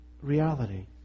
reality